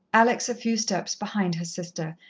alex a few steps behind her sister,